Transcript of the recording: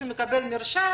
הוא מקבל מרשם,